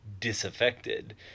disaffected